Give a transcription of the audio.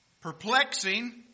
perplexing